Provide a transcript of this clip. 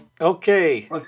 Okay